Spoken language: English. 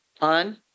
on